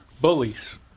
bullies